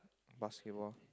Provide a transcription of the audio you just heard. basketball